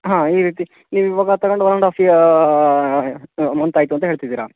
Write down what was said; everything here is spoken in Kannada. ಹಾಂ ಈ ರೀತಿ ನೀವು ಇವಾಗ ತಗಂಡು ಒನ್ ಆ್ಯಂಡ್ ಆಫ್ ಇಯ ಮಂತ್ ಆಯಿತು ಅಂತ ಹೇಳ್ತಿದ್ದೀರ